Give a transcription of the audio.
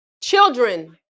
Children